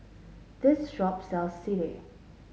this shop sells Sireh